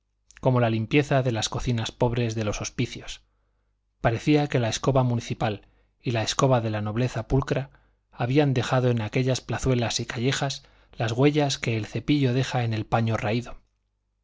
como la limpieza de las cocinas pobres de los hospicios parecía que la escoba municipal y la escoba de la nobleza pulcra habían dejado en aquellas plazuelas y callejas las huellas que el cepillo deja en el paño raído